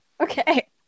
okay